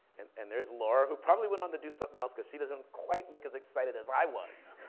and there's laura, who probably went on to do something else, cause she doesn't quite look as excited as i was,